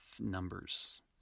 numbers